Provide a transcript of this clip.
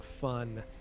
fun